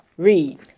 Read